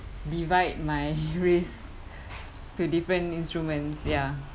divide my risk to different instruments ya